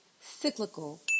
cyclical